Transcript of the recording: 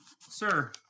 Sir